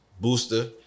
Booster